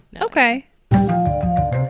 Okay